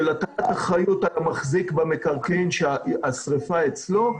של -- -אחריות על המחזיק במקרקעין שהשריפה אצלו,